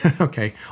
Okay